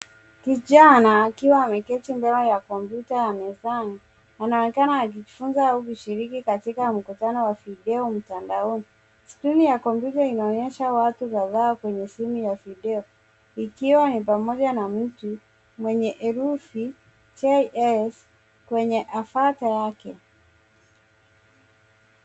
Kijana akiwa ameketi mbele ya kompyuta ya mezani anaonekana akijifunza au kushiriki katika mkutano wa video mtandaoni. Skrini ya kompyuta inaonyesha watu kadhaa kwenye simu ya video ikiwa ni pamoja na mtu mwenye herufi JS kwenye avatar yake.